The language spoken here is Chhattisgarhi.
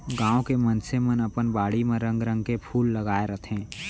गॉंव के मनसे मन अपन बाड़ी म रंग रंग के फूल लगाय रथें